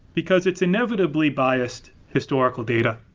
because it's inevitably biased historical data.